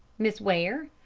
miss ware,